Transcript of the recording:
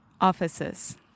Offices